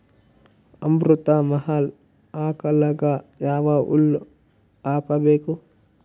ಅಮೃತ ಮಹಲ್ ಆಕಳಗ ಯಾವ ಹುಲ್ಲು ಹಾಕಬೇಕು?